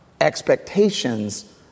expectations